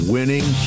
Winning